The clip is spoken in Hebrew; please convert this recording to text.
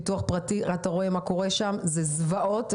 מה שקורה שם זה זוועות.